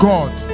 God